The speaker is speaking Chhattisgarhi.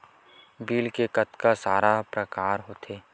बिल के कतका सारा प्रकार होथे?